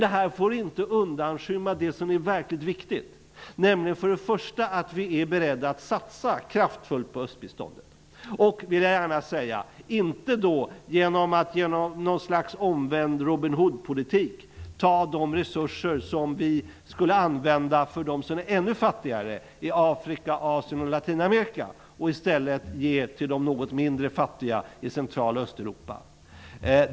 Detta får inte undanskymma det som är verkligt viktigt, nämligen att vi är beredda att kraftfullt satsa på östbiståndet, inte genom att med något slags omvänd Robin Hood-politik ta de resurser som vi skulle använda för dem som är ännu fattigare, i Afrika, Asien och Latinamerika, och i stället ge dem till de något mindre fattiga i Centraloch Östeuropa.